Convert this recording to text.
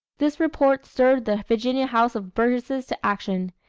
this report stirred the virginia house of burgesses to action.